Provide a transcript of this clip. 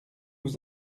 vous